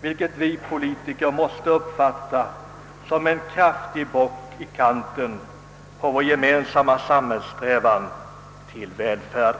vilken vi politiker måste uppiatta såsom en kraftig bock i kanten av vår gemensamma samhällssträvan till välfärd.